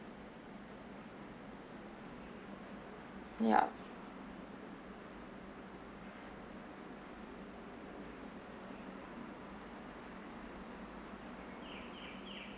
yup